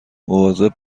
مواظب